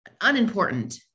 unimportant